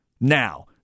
Now